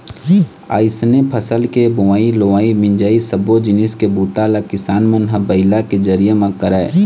अइसने फसल के बोवई, लुवई, मिंजई सब्बो जिनिस के बूता ल किसान मन ह बइला के जरिए म करय